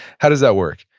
how does that work?